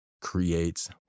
creates